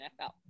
NFL